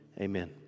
Amen